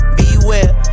beware